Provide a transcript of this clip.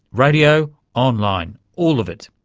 radio, online, all of it.